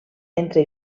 entre